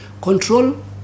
control